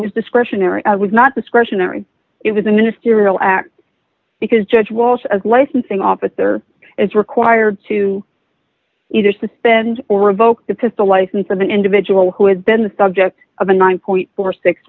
was discretionary i was not discretionary it was a ministerial act because judge walsh as licensing officer is required to either suspend or revoke the pistol license of an individual who has been the subject of a nine point four six